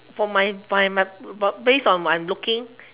for my my my based on what I'm looking